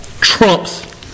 trumps